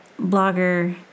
blogger